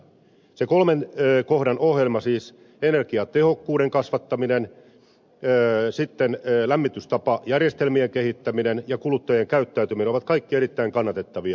siinä kolmen kohdan ohjelmassa energiatehokkuuden kasvattaminen lämmitystapajärjestelmien kehittäminen ja kuluttajien käyttäytyminen ovat kaikki erittäin kannatettavia